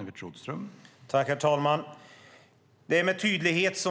Herr talman!